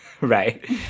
right